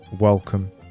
welcome